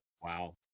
Wow